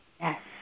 Yes